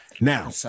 Now